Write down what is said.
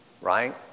Right